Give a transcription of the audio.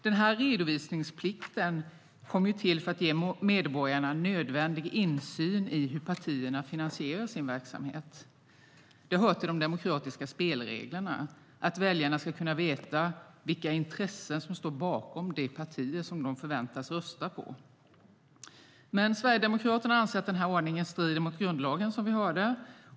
Den här redovisningsplikten kom till för att ge medborgarna nödvändig insyn i hur partierna finansierar sin verksamhet. Det hör till de demokratiska spelreglerna att väljarna ska kunna veta vilka intressen som står bakom de partier som de förväntas rösta på. Men Sverigedemokraterna anser att den här ordningen strider mot grundlagen.